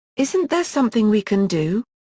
isn't there something we can do?